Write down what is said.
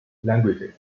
languages